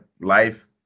life